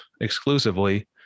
exclusively